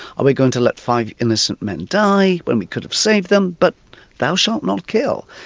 are we going to let five innocent men die when we could have saved them? but thou shalt not kill.